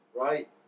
Right